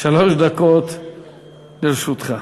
שלוש דקות לרשותך.